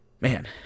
man